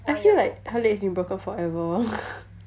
I feel like her leg's been broken forever